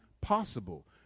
possible